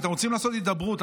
אנחנו רוצים לעשות הידברות,